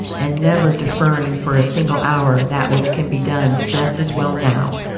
and never deferring for a single hour that which can be done just as well now.